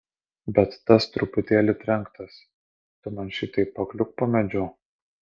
bet tas truputėlį trenktas tu man šitaip pakliūk po medžiu